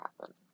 happen